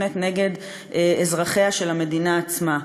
שמופנית נגד אזרחיה של המדינה עצמה.